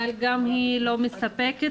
אבל היא גם לא מספקת,